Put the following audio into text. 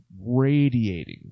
radiating